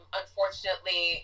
unfortunately